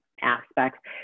aspects